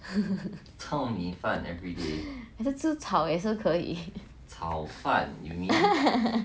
你要吃草也是可以